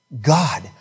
God